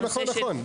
נכון, נכון, נכון.